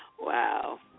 Wow